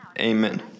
Amen